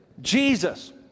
Jesus